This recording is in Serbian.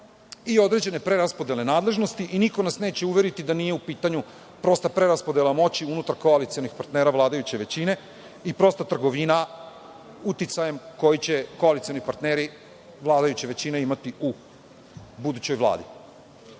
i određene preraspodele nadležnosti i niko nas neće uveriti da nije u pitanju prosta preraspodela moći unutar koalicionih partnera vladajuće većine i prosta trgovina uticajem koji će koalicioni partneri vladajuće većine imati u budućoj